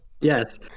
Yes